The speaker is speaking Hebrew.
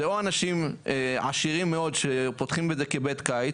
או אנשים עשירים מאוד שפותחים את זה כבית קיץ,